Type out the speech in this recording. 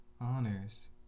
honors